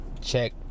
check